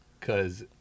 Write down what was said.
cause